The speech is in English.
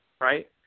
right